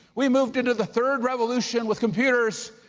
we move into the third revolution with computers,